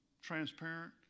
transparent